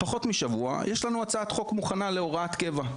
יש לנו הצעת חוק מוכנה להוראת קבע.